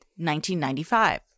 1995